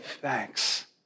thanks